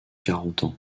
carentan